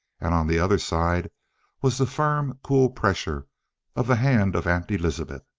and on the other side was the firm, cool pressure of the hand of aunt elizabeth.